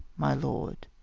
my lord.